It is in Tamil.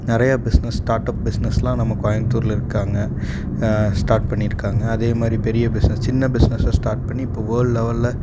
நிறையா பிஸ்னஸ் ஸ்டார்ட் அப் பிஸ்னஸெலாம் நம்ம கோயம்த்தூரில் இருக்காங்க ஸ்டார்ட் பண்ணியிருக்காங்க அதே மாதிரி பெரிய பிஸ்னஸ் சின்ன பிஸ்னஸ்ஸை ஸ்டார்ட் பண்ணி இப்போ வேர்ல்ட் லெவலில்